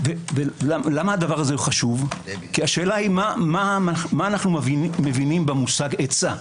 למה זה חשוב כי השאלה היא מה אנו מבינים במושג עצה.